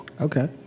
Okay